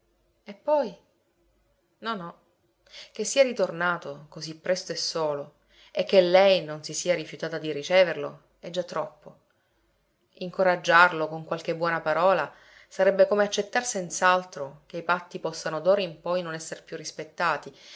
e poi no no che sia ritornato così presto e solo e che lei non si sia rifiutata di riceverlo è già troppo incoraggiarlo con qualche buona parola sarebbe come accettar senz'altro che i patti possano d'ora in poi non esser più rispettati